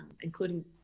including